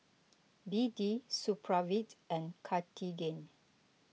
B D Supravit and Cartigain